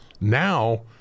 now